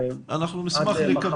עד מחר.